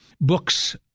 Books